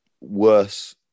worse